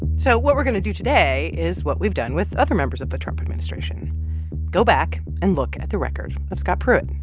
so what we're going to do today is what we've done with other members of the trump administration go back and look at the record of scott pruitt.